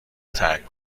ترک